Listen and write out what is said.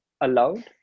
allowed